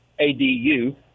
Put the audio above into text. ADU